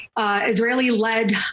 Israeli-led